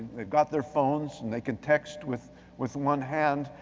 they've got their phones, and they could text with with one hand,